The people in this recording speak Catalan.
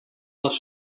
les